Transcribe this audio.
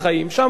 מה לעשות,